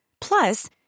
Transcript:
Plus